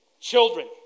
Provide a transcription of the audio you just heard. Children